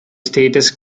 status